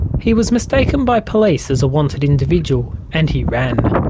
he was mistaken by police as a wanted individual, and he ran.